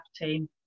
team